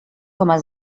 coma